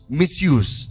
misuse